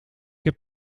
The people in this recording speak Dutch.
heb